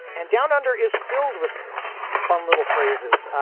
and downunder is filled with fun little phrases,